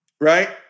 right